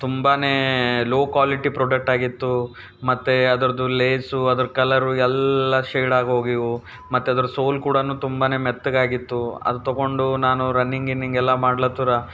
ತುಂಬಾ low quality ಪ್ರಾಡಕ್ಟಾಗಿತ್ತು ಮತ್ತು ಅದರದ್ದು ಲೇಸು ಅದರ ಕಲ್ಲರು ಎಲ್ಲ ಶೇಡಾಗೋಗಿದ್ವು ಮತ್ತದರ ಸೋಲ್ ಕೂಡಾ ತುಂಬಾ ಮೆತ್ತಗಾಗಿತ್ತು ಅದು ತೊಗೊಂಡು ನಾನು ರನ್ನಿಂಗ್ ಗಿನ್ನಿಂಗ್ ಎಲ್ಲ ಮಾಡ್ಲತ್ತಾರ